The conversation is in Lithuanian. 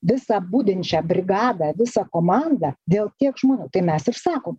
visą budinčią brigadą visą komandą dėl tiek žmonių tai mes ir sakom